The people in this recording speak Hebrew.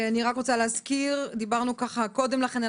אני רק רוצה להזכיר שדיברנו ככה קודם לכן על